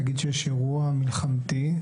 נגיד כשיש אירוע מלחמתי.